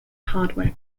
hardware